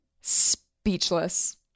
Speechless